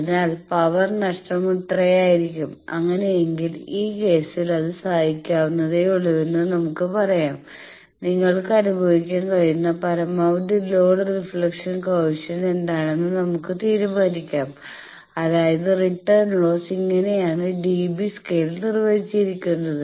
അതിനാൽ പവർ നഷ്ടം ഇത്രയായിരിക്കും അങ്ങനെയെങ്കിൽ ഈ കേസിൽ അത് സഹിക്കാവുന്നതേയുള്ളൂവെന്ന് നമുക്ക് പറയാം നിങ്ങൾക്ക് അനുഭവിക്കാൻ കഴിയുന്ന പരമാവധി ലോഡ് റിഫ്ലക്ഷൻ കോയെഫിഷ്യന്റ് എന്താണെന്ന് നമുക്ക് തീരുമാനിക്കാം അതായത് റിട്ടേൺ ലോസ് ഇങ്ങനെയാണ് dB സ്കെയിലിൽ നിർവചിച്ചിരിക്കുന്നത്